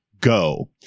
go